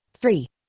three